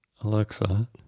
Alexa